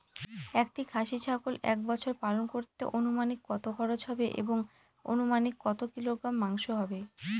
একটি খাসি ছাগল এক বছর পালন করতে অনুমানিক কত খরচ হবে এবং অনুমানিক কত কিলোগ্রাম মাংস হবে?